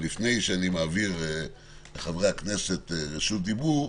ולפני שאני מעביר לחברי הכנסת רשות דיבור,